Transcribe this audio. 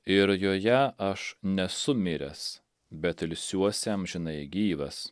ir joje aš nesu miręs bet ilsiuosi amžinai gyvas